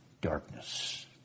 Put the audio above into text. darkness